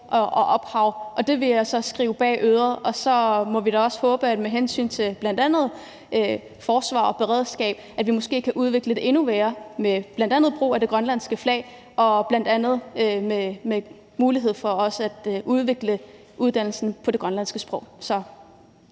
og ophav, og det vil jeg så skrive mig bag øret. Og så må vi da også håbe, at vi med hensyn til bl.a. forsvar og beredskab måske kan udvikle det endnu mere med bl.a. brug af det grønlandske flag og mulighed for også at udvikle uddannelserne på det grønlandske sprog.